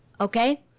okay